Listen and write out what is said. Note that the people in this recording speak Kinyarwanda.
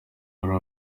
harry